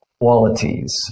qualities